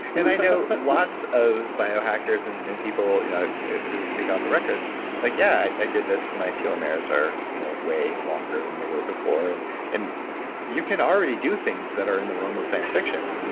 and i know lots of biohackers and and people who speak off the record like, yeah, i did this and my telomeres are you know way longer than they were before and and you can already do things that are in the realm science fiction,